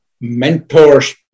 mentors